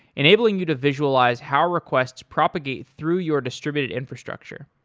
enabling you to visualize how requests propagate through your distributed infrastructure.